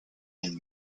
and